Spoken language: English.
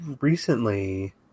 recently